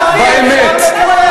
הנתונים האמיתייים יותר חמורים.